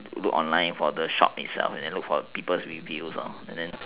look online for the shop itself and look for people reviews and then